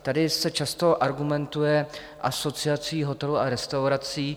Tady se často argumentuje Asociací hotelů a restaurací.